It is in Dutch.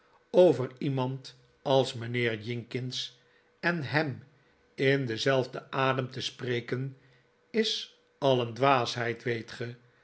over iemand als mynheer jinkins en hem in denzelfden adem te spreken is al een dwaasheid weet ge